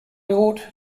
ought